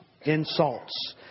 insults